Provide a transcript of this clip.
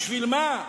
בשביל מה?